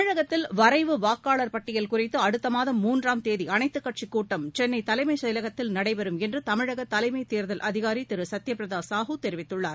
தமிழகத்தில் வரைவு வாக்காளர் பட்டியல் குறித்து அடுத்தமாதம் மூன்றாம் தேதி அனைத்துக்கட்சிக் கூட்டம் சென்னை தலைமைச் செயலகத்தில் நடைபெறும் என்று தமிழக தலைமை தேர்தல் அதிகாரி திரு சத்யபிரதா சாஹூ தெரிவித்துள்ளார்